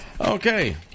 Okay